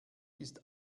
ist